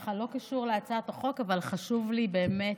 ככה לא קשור להצעת החוק אבל חשוב לי באמת,